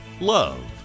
Love